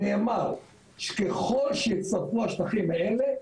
נאמר שככל שיצורפו השטחים האלה,